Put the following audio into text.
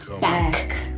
back